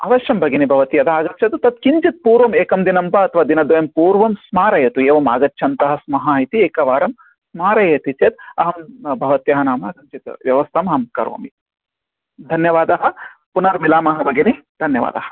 अवश्यं भगिनी भवती यदा आगच्छतु तत् किञ्चित् पूर्वम् एकं दिनं वा अथवा दिनद्वयं पूर्वं स्मारयतु एवम् आगच्छन्तः स्मः इति एकवारं स्मारयति चेत् अहं भवत्याः नाम किञ्चित् व्यवस्थामहं करोमि धन्यवादः पुनर्मिलामः भगिनी धन्यवादः